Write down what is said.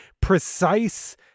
precise